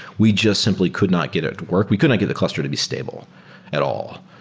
we just simply could not get it work. we could not get the cluster to be stable at all.